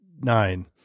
Nine